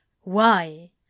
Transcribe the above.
Why